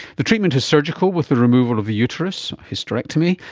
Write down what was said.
the treatment is surgical with the removal of the uterus, hysterectomy,